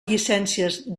llicències